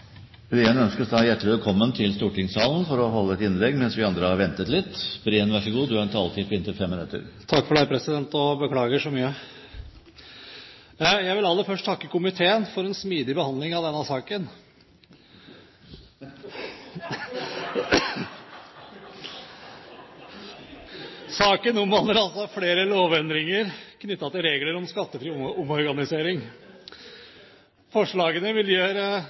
vi andre har ventet litt. Jeg beklager så mye. Jeg vil aller først takke komiteen for en smidig behandling av denne saken. Saken omhandler flere lovendringer knyttet til regler om skattefri omorganisering. Forslagene vil gjøre